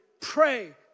pray